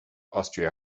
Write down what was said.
austria